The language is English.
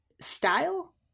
style